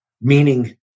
meaning